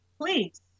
please